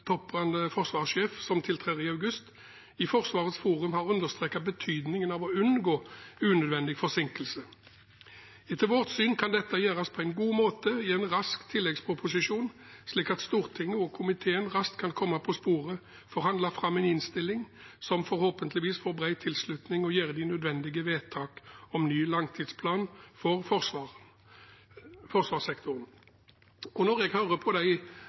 forsvarssjef, som tiltrer i august, i Forsvarets forum har understreket betydningen av å unngå unødvendig forsinkelse. Etter vårt syn kan dette gjøres på en god måte i en rask tilleggsproposisjon, slik at Stortinget og komiteen raskt kan komme på sporet, forhandle fram en innstilling som forhåpentligvis får bred tilslutning, og gjøre de nødvendige vedtak om ny langtidsplan for forsvarssektoren. Når jeg hører på